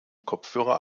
kopfhörer